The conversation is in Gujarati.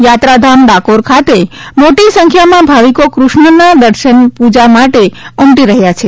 યાત્રાધામ ડાકોર ખાતે મોટી સંખ્યામાં ભાવિકો ક્રષ્ણના દર્શન પૂજા માટે ઉમટી રહ્યા છે